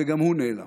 וגם הוא נעלם.